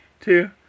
two